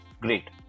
Great